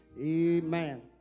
Amen